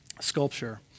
sculpture